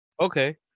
Okay